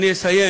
אני אסיים